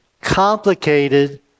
complicated